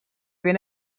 ben